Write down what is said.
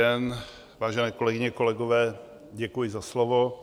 Dobrý den, vážené kolegyně, kolegové, děkuji za slovo.